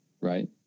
Right